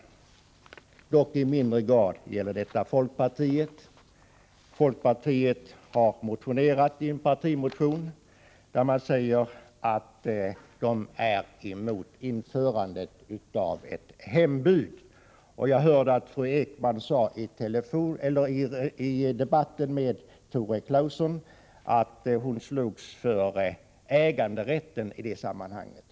Detta gäller dock i mindre grad folkpartiet. Folkpartiet har i en partimotion uttalat att man är emot införandet av ett hembud. Jag hörde att fru Ekman i debatten med Tore Claeson sade att hon slogs för äganderätten i det sammanhanget.